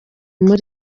muri